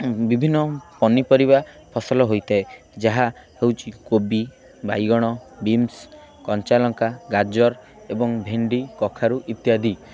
ବିଭିନ୍ନ ପନିପରିବା ଫସଲ ହୋଇଥାଏ ଯାହା ହେଉଛି କୋବି ବାଇଗଣ ବିନ୍ସ କଞ୍ଚାଲଙ୍କା ଗାଜର ଏବଂ ଭେଣ୍ଡି କଖାରୁ ଇତ୍ୟାଦି